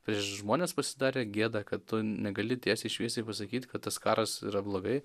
prieš žmones pasidarė gėda kad tu negali tiesiai šviesiai pasakyt kad tas karas yra blogai